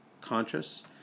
conscious